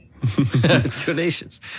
Donations